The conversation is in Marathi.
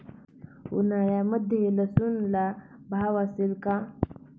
उन्हाळ्यामध्ये लसूणला भाव असेल का?